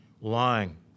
lying